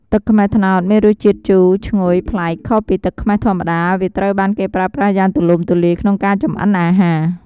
ទឹកខ្មេះត្នោតមានរសជាតិជូរឈ្ងុយប្លែកខុសពីទឹកខ្មេះធម្មតា វាត្រូវបានគេប្រើប្រាស់យ៉ាងទូលំទូលាយក្នុងការចម្អិនអាហារ។